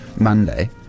Monday